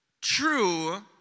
true